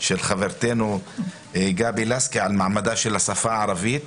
של חברתנו גבי לסקי על מעמדה של השפה הערבית,